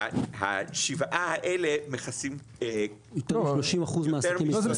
השבעה האלה מכסים --- יותר מ-30 אחוז מהעסקים בישראל.